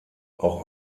auch